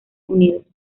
unidos